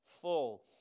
full